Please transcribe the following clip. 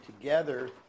together